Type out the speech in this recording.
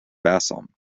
balsam